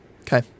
Okay